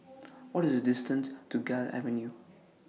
What IS The distance to Gul Avenue